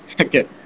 okay